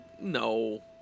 no